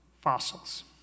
Fossils